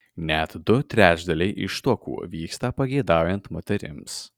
net du trečdaliai ištuokų vyksta pageidaujant moterims